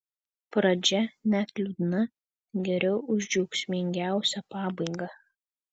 pradžia net liūdna geriau už džiaugsmingiausią pabaigą